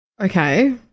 Okay